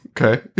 okay